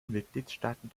mitgliedstaaten